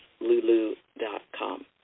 lulu.com